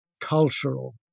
cultural